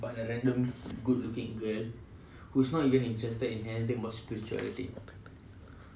but the random good looking girl who's not even interested in anything about spirituality